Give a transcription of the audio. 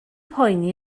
poeni